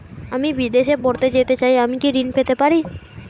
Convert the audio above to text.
আমি বিদেশে পড়তে যেতে চাই আমি কি ঋণ পেতে পারি?